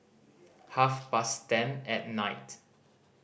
half past ten at night